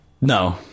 No